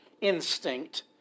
instinct